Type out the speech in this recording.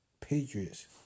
Patriots